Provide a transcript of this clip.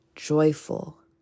joyful